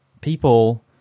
people